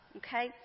okay